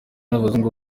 n’abazungu